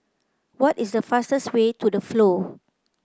what is the fastest way to The Flow